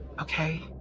okay